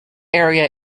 area